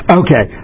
okay